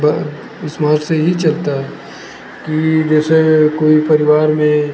smart से ही चलता है कि जैसे कोई परिवार में